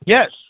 Yes